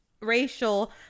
racial